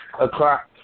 o'clock